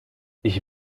ich